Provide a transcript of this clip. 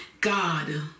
God